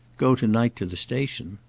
go to-night to the station.